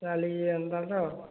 ତାହେଲେ ଏନ୍ତା ତ